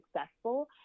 successful